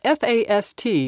FAST